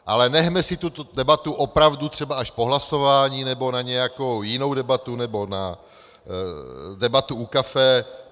Ale nechme si tuto debatu opravdu třeba až po hlasování, nebo na nějakou jinou debatu, nebo na debatu u kafe.